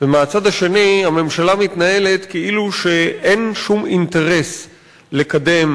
ומהצד השני הממשלה מתנהלת כאילו אין שום אינטרס לקדם,